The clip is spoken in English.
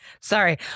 Sorry